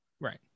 right